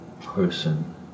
person